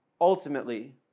ultimately